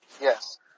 Yes